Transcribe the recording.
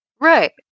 Right